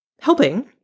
helping